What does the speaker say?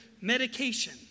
medication